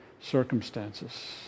circumstances